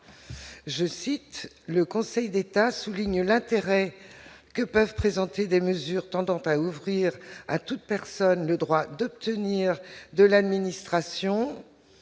je cite : le Conseil d'État souligne l'intérêt que peuvent présenter des mesures tendant ta ouvrir à toute personne le droit d'obtenir de l'administration,